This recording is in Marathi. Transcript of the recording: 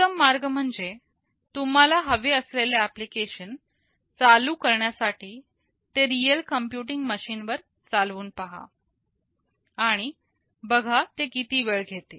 उत्तम मार्ग म्हणजे तुम्हाला हवे असलेले एप्लीकेशन चालू करण्यासाठी ते रियल कम्प्युटिंग मशीन वर चालवून पहा आणि बघा ते किती वेळ घेते